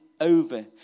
over